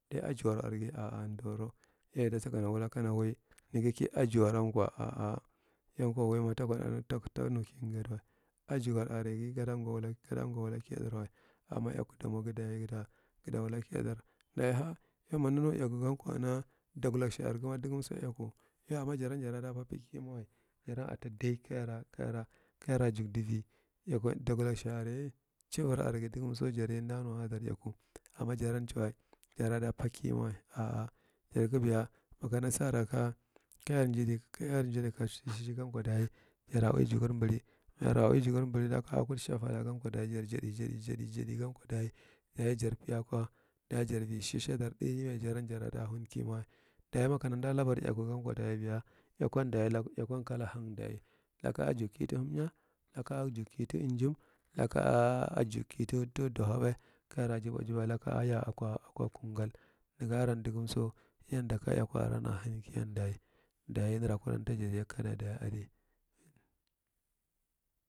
Dai ajuwr rgi a a ndoro ye yita sakana wula kana wai nagi ki asuwarkwa, a a yunkwa waima ta wula, wai ma ta muki ngadiwa. Ajiuar argi gadangwa wulan kiyardarwa. Amma eyaku damwagi dayi gada wula, gada wula kiyadar dayi ha yo manida nu eyakugankwa na, dagulashi aregama, dagamso eyalen. Yo amma jaren, jarara pakiwa, ta adai kayar jumdiji. Eyaku, dagulashi are, civor aregi dogamso amdanuwaladar ɗai, amma jaran cuwa, sarada pakiwa a’a jargi biya makana sarak kuyar nji ɗai, kayar nji ɗai kuntshi shigankwa dayi jara ui juganɓahi, mayara ui jugunɓalilaka a kuɗ shafalagankwa dayi jar jadi pi akwa, dayi jarvi shishi dar ɗuinyime, jaran jarada hankimawa. Dayi makana amda labar eyakugan kwa dayi biya, eyakwan dayi, lak, eyakwan kala hang dayi, laka a jugki ta lamya, caka ajugka ta amjim, laka a sugki ta dahaɓa, kayara suga, suga laka aya akwa akwa kungal. Naga aran dagam so, yandaka eyaku awan hankiyan dayi. Dayi nara kuɗa amta jadiya kada dayi adi.